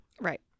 right